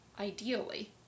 ideally